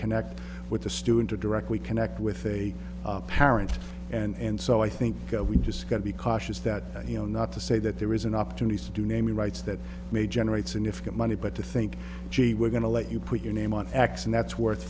connect with the student or directly connect with a parent and so i think we just got to be cautious that you know not to say that there is an opportunity to do naming rights that may generate significant money but to think gee we're going to let you put your name on x and that's worth